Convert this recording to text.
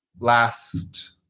last